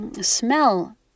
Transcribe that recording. smell